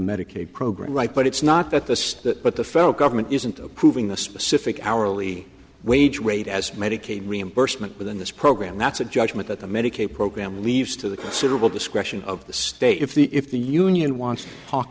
medicaid program right but it's not that this that but the federal government isn't approving the specific hourly wage rate as medicaid reimbursement within this program that's a judgment that the make a program leaves to the considerable discretion of the state if the if the union wants to talk